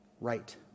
right